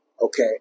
Okay